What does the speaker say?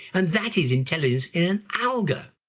and that is intelligence in an alga.